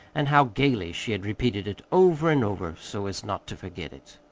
and how gayly she had repeated it over and over, so as not to forget it.